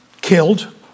killed